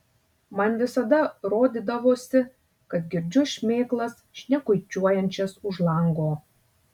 man visada rodydavosi kad girdžiu šmėklas šnekučiuojančias už lango